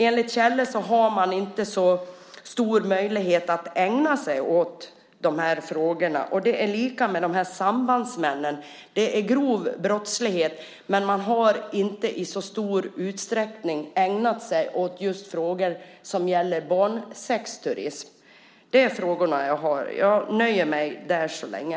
Enligt källor har man inte så stor möjlighet att ägna sig åt de här frågorna. Det är likadant med sambandsmännen. Det är grov brottslighet, men man har inte i så stor utsträckning ägnat sig åt just frågor som gäller barnsexturism. Det är de frågor jag har. Jag nöjer mig med det så länge.